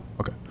okay